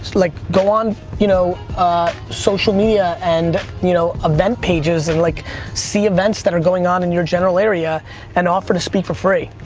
like go on you know social media and you know event pages and like see events that are going on in your general area and offer to speak for free.